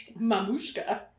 Mamushka